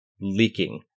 leaking